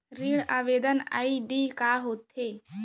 ऋण आवेदन आई.डी का होत हे?